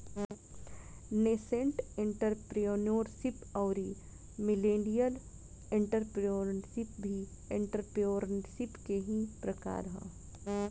nascent entrepreneurship अउरी millennial entrepreneurship भी entrepreneurship के ही प्रकार ह